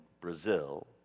Brazil